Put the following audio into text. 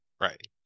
Right